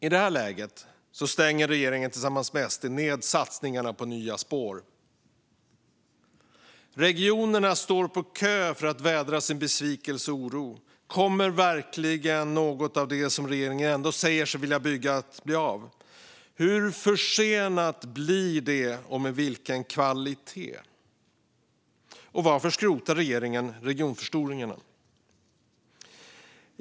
I detta läge stänger regeringen tillsammans med SD ned satsningarna på nya spår. Regionerna står på kö för att vädra sin besvikelse och oro. Kommer verkligen något av det som regeringen ändå säger sig vilja bygga att bli av? Hur försenat och med vilken kvalitet? Och varför skrotar regeringen regionförstoringarna?